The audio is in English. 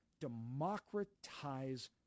democratize